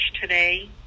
today